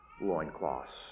loincloths